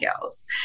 girls